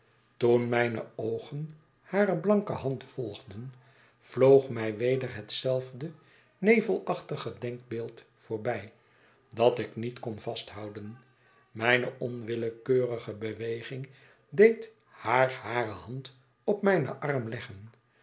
toen mijne oogen hare blanke hand volgden vloog mij weder hetzelfde nevelachtige denkbeeld voorbij dat ik niet kon vasthouden mijne onwillekeurige beweging deed haar hare hand op mijn arm leggen